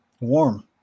warm